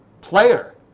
player